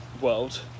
world